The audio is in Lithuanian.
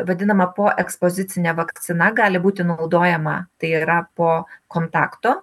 vadinama poekspozicine vakcina gali būti naudojama tai yra po kontakto